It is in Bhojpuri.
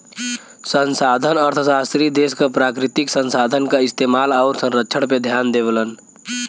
संसाधन अर्थशास्त्री देश क प्राकृतिक संसाधन क इस्तेमाल आउर संरक्षण पे ध्यान देवलन